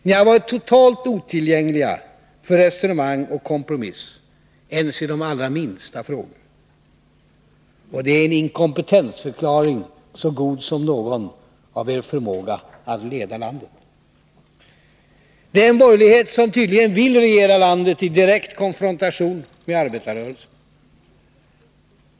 Ni har varit totalt otillgängliga för resonemang och kompromiss ens i de allra minsta frågor. Det är en inkompetensförklaring så god som någon när det gäller er förmåga att leda landet. Det är en borgerlighet som tydligen vill regera landet i direkt konfrontation med arbetarrörelsen.